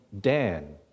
Dan